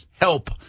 help